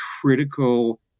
critical